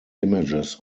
images